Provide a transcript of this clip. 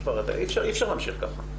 --- בעיניי אי אפשר להמשיך ככה.